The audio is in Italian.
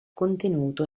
contenuto